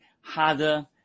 harder